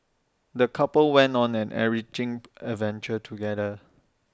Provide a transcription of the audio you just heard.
the couple went on an enriching adventure together